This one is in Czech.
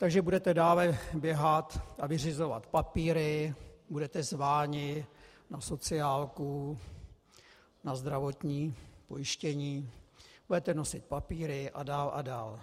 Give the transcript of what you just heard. Takže budete dále běhat a vyřizovat papíry, budete zváni na sociálku, na zdravotní pojištění, budete nosit papíry a dál a dál.